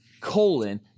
colon